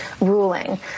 ruling